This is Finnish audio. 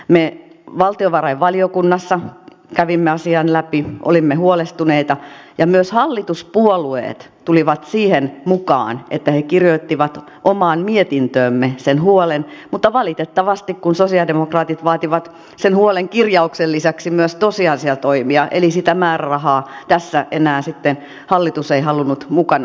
me valtiovarainvaliokunnassa kävimme asian läpi olimme huolestuneita ja myös hallituspuolueet tulivat siihen mukaan että he kirjoittivat omaan mietintöömme sen huolen mutta valitettavasti kun sosialidemokraatit vaativat sen huolen kirjauksen lisäksi myös tosiasiatoimia eli sitä määrärahaa tässä enää sitten hallitus ei halunnut mukana olla